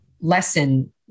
lesson